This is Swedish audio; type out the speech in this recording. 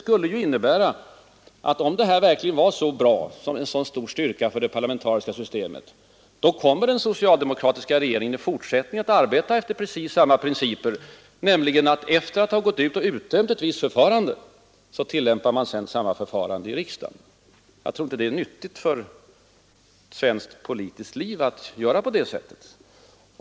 Om tillvägagångssättet verkligen är en sådan styrka för det parlamentariska systemet som herr Ekström hävdar skulle alltså den socialdemokratiska regeringen i fortsättningen arbeta efter samma principer som nu: efter att först ha utdömt ett visst förfarande godtager man det sedan i riksdagen. Jag tror inte att det är nyttigt för svenskt politiskt liv att göra på det sättet.